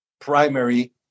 primary